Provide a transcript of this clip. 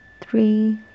three